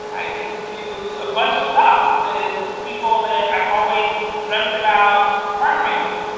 i get to do a bunch of stuff with people that i've always dreamt about partnering with,